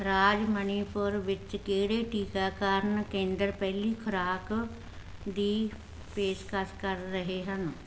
ਰਾਜ ਮਣੀਪੁਰ ਵਿੱਚ ਕਿਹੜੇ ਟੀਕਾਕਰਨ ਕੇਂਦਰ ਪਹਿਲੀ ਖੁਰਾਕ ਦੀ ਪੇਸ਼ਕਸ਼ ਕਰ ਰਹੇ ਹਨ